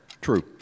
True